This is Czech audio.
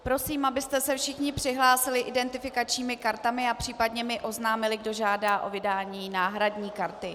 Prosím, abyste se všichni přihlásili identifikačními kartami a případně mi oznámili, kdo žádá o vydání náhradní karty.